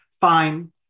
Fine